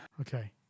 Okay